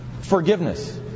Forgiveness